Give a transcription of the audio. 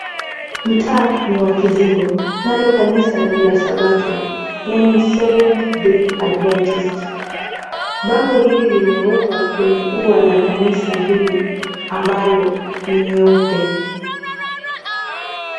Mtaa ni wa Kizingo, nalo kanisa ni la Sabato, yaani Seventh Day Adventist. Bango hili limewekwa kwenye ua la kanisa hili ambalo ni nyeupe.